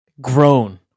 grown